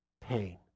pain